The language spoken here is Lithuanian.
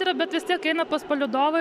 yra bet vis tiek eina pas palydovą